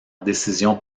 décision